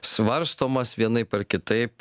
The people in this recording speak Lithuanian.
svarstomas vienaip ar kitaip